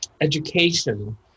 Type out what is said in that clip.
education